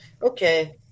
Okay